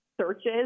searches